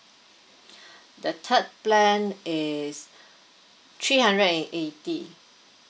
the third plan is three hundred eighty